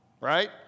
right